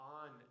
on